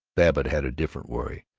babbitt had a different worry.